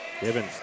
Gibbons